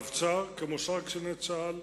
הרבצ"ר, כמו שאר קציני צה"ל,